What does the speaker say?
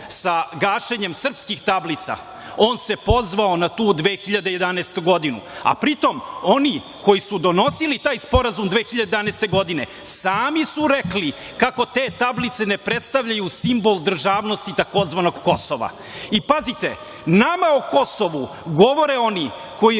sa gašenjem srpskih tablica, on se pozvao na tu 2011. godinu, a pritom oni koji su donosili taj sporazum 2011. godine, sami su rekli kako te tablice ne predstavljaju simbol državnosti tzv. Kosova. I pazite, nama o Kosovu govore oni koji